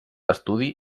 estudi